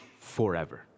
forever